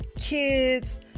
kids